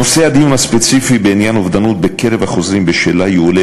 נושא הדיון הספציפי בעניין אובדנות בקרב החוזרים בשאלה יועלה